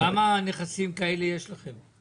כמה נכסים כאלה יש לכם?